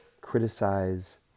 criticize